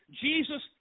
Jesus